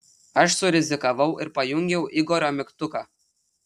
aš surizikavau ir pajungiau igorio mygtuką